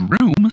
room